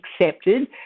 accepted